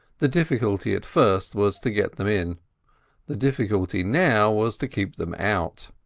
the difficulty at first was to get them in the difficulty now was to keep them out.